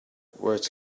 words